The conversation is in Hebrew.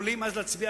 יכולים אז להצביע,